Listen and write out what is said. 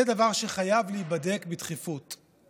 זה דבר שחייב להיבדק בדחיפות.